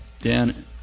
Dan